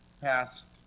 Past